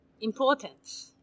important